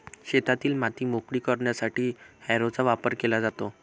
शेतातील माती मोकळी करण्यासाठी हॅरोचा वापर केला जातो